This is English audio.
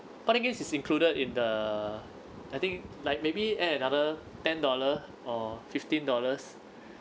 party gifts is included in the I think like maybe add another ten dollar or fifteen dollars